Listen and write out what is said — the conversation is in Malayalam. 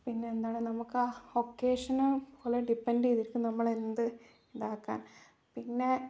പിന്നെ എന്താണ് നമുക്ക് ആ ഒക്കേഷന് ഓളെ ഡിപ്പെൻഡ് ചെയ്തിരിക്കും നമ്മൾ എന്ത് ഇതാക്കാൻ പിന്നേ